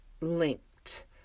linked